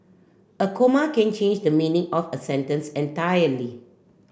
a comma can change the meaning of a sentence entirely